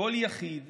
שכל יחיד